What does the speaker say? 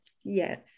Yes